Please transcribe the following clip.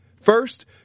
First